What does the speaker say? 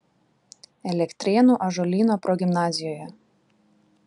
elektrėnų ąžuolyno progimnazijoje